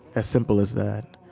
as simple as that.